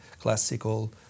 classical